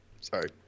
sorry